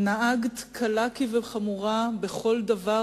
נהגת קלה כחמורה בכל דבר,